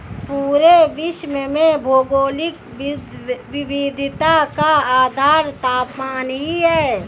पूरे विश्व में भौगोलिक विविधता का आधार तापमान ही है